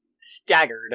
staggered